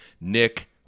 nick